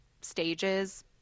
stages